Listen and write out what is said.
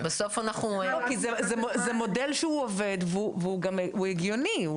זה מודל שעובד, והוא גם הגיוני.